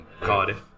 Cardiff